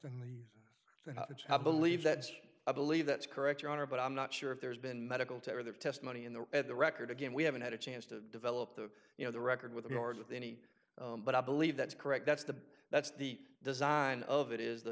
than the i believe that i believe that's correct your honor but i'm not sure if there's been medical tear their testimony in the at the record again we haven't had a chance to develop the you know the record with yours with any but i believe that's correct that's the that's the design of it is th